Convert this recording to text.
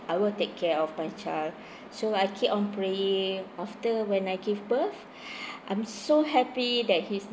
I will take care of my child so I keep on praying after when I give birth I'm so happy that he's